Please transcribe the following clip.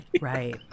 right